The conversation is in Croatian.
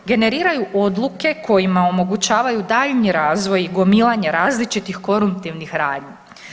Generiraju odluke kojima omogućavaju daljnji razvoj i gomilanje različitih koruptivnih radnji.